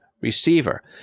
receiver